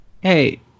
Hey